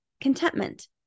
contentment